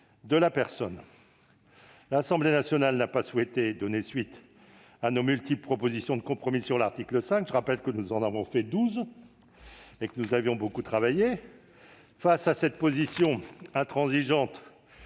de la personne. L'Assemblée nationale n'a pas souhaité donner suite à nos multiples propositions de compromis sur l'article 5. Je rappelle que nous en avons pourtant fait douze et que nous avions beaucoup travaillé. Face à cette position intransigeante